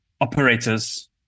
operators